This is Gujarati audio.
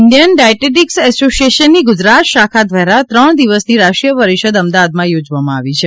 ઈન્ડિયન ડાયટેટિક્સ એસોસિયેશનની ગુજરાત શાખા દ્વારા ત્રણ દિવસ ની રાષ્ટ્રીય પરિષદ અમદાવાદમાં યોજવામાં આવી છે